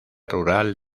rural